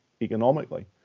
economically